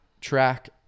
track